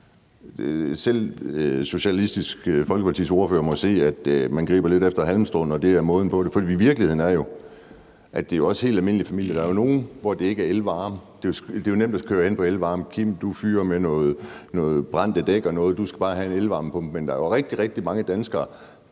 Selv Socialistisk Folkepartis ordfører må kunne se, at man griber lidt efter halmstrå, når det er måden, man argumenterer på. For virkeligheden er jo, at det også gælder helt almindelige familier, og der er jo nogle, hvor det ikke handler om elvarme. Det er jo nemt at køre på elvarme, om du fyrer med nogle brændte dæk eller noget – du skal bare have en elvarmepumpe. Men der er jo rigtig, rigtig mange danskere,